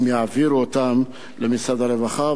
אם יעבירו אותם למשרד הרווחה,